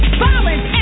violence